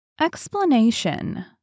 EXPLANATION